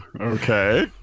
Okay